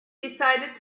decided